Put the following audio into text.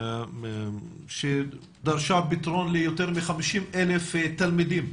שדרשה פתרון ליותר מ-50,000 תלמידים,